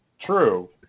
true